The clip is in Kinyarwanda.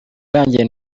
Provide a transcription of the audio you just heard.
irangiye